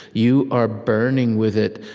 you are burning with it,